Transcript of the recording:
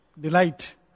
delight